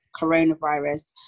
coronavirus